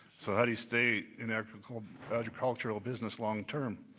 so how do you stay in agricultural agricultural business long term?